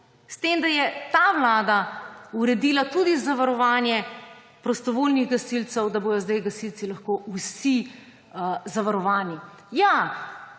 s tem da je ta vlada uredila tudi zavarovanje prostovoljnih gasilcev, da bojo zdaj gasilci lahko vsi zavarovani. Ja,